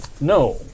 No